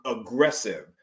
aggressive